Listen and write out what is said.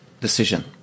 decision